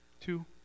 Two